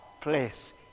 place